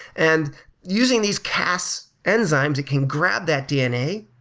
and using these cas enzymes, it can grab that dna,